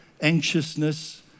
anxiousness